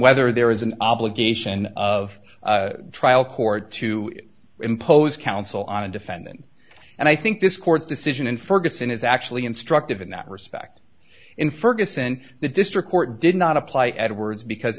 whether there is an obligation of trial court to impose counsel on a defendant and i think this court's decision in ferguson is actually instructive in that respect in ferguson the district court did not apply edwards because